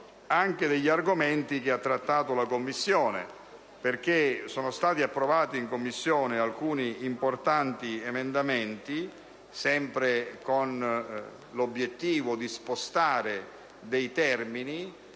anche sugli argomenti che ha trattato la Commissione. Sono stati infatti approvati in Commissione alcuni importanti provvedimenti, sempre con l'obiettivo di spostare dei termini